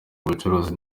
ubucuruzi